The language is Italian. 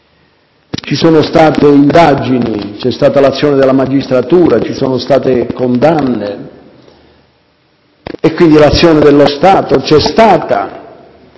Ci sono state indagini, c'è stata l'azione della magistratura, ci sono state condanne; quindi, l'azione dello Stato c'è stata...